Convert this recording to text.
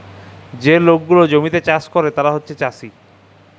যে লক গুলা জমিতে চাষ ক্যরে তারা হছে চাষী